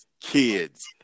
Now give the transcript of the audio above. kids